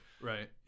right